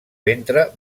ventre